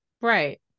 Right